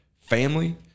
family